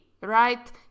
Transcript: right